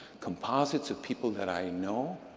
composites of people that i know,